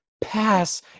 pass